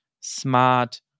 smart